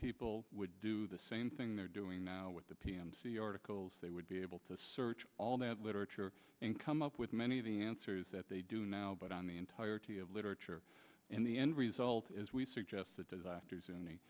people would do the same thing they're doing now with the p m c articles they would be able to search all that literature and come up with many of the answers that they do now but on the entirety of literature in the end result is we suggest that doctors